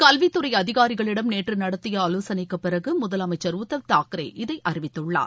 கல்வித் துறை அதிகாரிகளிடம் நேற்று நடத்திய ஆலோசனைக்கு பிறகு முதல் அமைச்சர் உத்தவ் தாக்ரே இதை அறிவித்துள்ளார்